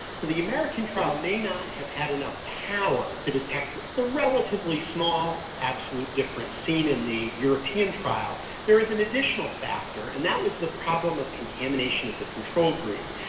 the american trial may not have had enough power to detect the relatively small absolute difference seen in the european trial. there is an additional factor and that was the problem of contamination of the control group.